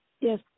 Yes